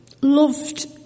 loved